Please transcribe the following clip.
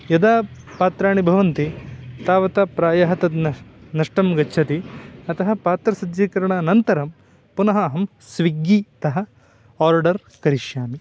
यदा पात्राणि भवन्ति तावता प्रायः तद् नष्टं नष्टं गच्छति अतः पात्रस्य सज्जीकरणानन्तरं पुनः अहं स्विग्गितः आर्डर् करिष्यामि